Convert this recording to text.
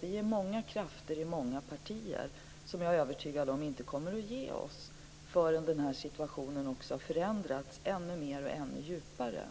Vi är många krafter i många partier som inte kommer att ge oss, det är jag övertygad om, förrän situationen har förändrats ännu mer och ännu djupare.